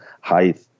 height